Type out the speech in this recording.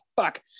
fuck